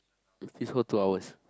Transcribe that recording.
this whole two hours